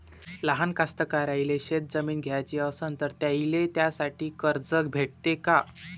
लहान कास्तकाराइले शेतजमीन घ्याची असन तर त्याईले त्यासाठी कर्ज भेटते का?